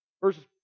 Verses